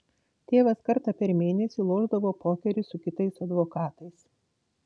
tėvas kartą per mėnesį lošdavo pokerį su kitais advokatais